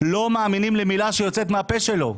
לא מאמינים למילה שיוצאת מהפה שלו.